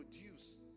produce